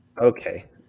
okay